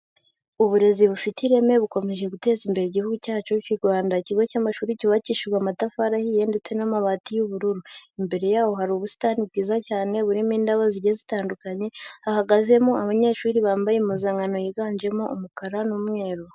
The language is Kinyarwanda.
Uburezi bufite ireme bukomeje guteza imbere igihugu cyacu cy'u Rwanda, ikigo cy'amashuri cyubakishijwe amatafari ahiye ndetse n'amabati y'ubururu, imbere yaho hari ubusitani bwiza cyane burimo indabo zigiye zitandukanye, hahagazemo abanyeshuri bambaye impuzankano yiganjemo umukara n'umweru.